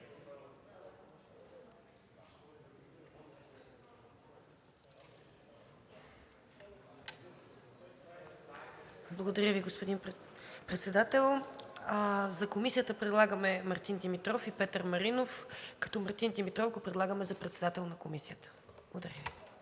Благодаря Ви, господин Председател. За Комисията предлагаме Мартин Димитров и Петър Маринов, като Мартин Димитров го предлагаме за председател на Комисията. Благодаря Ви.